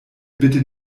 bitte